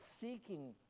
seeking